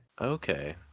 Okay